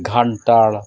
ᱜᱷᱟᱱᱴᱟᱲ